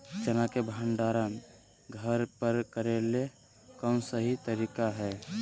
चना के भंडारण घर पर करेले कौन सही तरीका है?